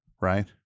Right